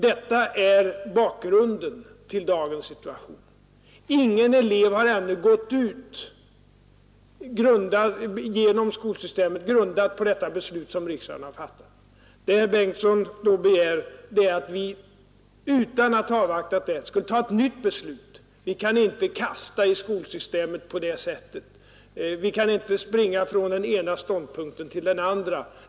Detta är bakgrunden till dagens situation. Ingen elev har ännu gått ut genom det skolsystem som grundats på det beslut riksdagen har fattat. Herr Bengtsson begär att vi utan att avvakta det praktiska resultatet skulle fatta ett nytt beslut. Vi kan inte kasta i skolsystemet på det sättet, inte springa från den ena ståndpunkten till den andra.